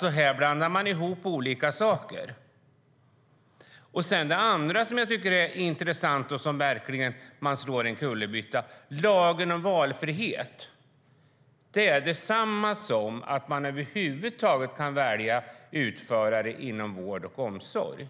Här blandar man ihop olika saker. Det andra som jag tycker är intressant och där man verkligen slår en kullerbytta gäller detta: Lagen om valfrihet är detsamma som att man över huvud taget kan välja utförare inom vård och omsorg.